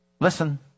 listen